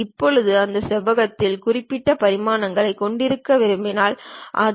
இப்போது அந்த செவ்வகத்தின் குறிப்பிட்ட பரிமாணங்களைக் கொண்டிருக்க விரும்புகிறேன்